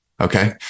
okay